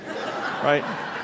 Right